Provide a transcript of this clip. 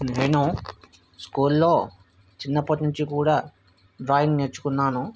నేను స్కూల్లో చిన్నప్పటి నుంచి కూడా డ్రాయింగ్ నేర్చుకున్నాను